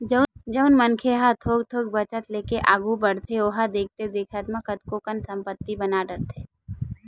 जउन मनखे ह थोक थोक बचत लेके आघू बड़थे ओहा देखथे देखत कतको कन संपत्ति बना डरथे